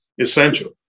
essential